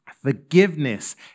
Forgiveness